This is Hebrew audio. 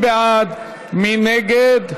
מי בעד, מי נגד?